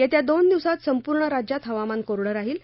येत्या दोन दिवसात संपूर्ण राज्यात हवामान कोरडं राहील